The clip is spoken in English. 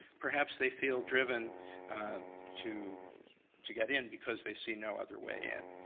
perhaps they feel driven to to get in because they see no other way in.